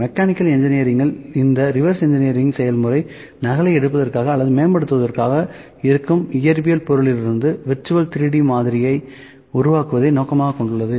mechanical engineering இல் இந்த reverse engineering செயல்முறை நகலை எடுப்பதற்காக அல்லது மேம்படுத்துவதற்காக இருக்கும் இயற்பியல் பொருளிலிருந்து விர்ச்சுவல் 3D மாதிரியை உருவாக்குவதை நோக்கமாகக் கொண்டுள்ளது